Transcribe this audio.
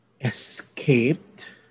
Escaped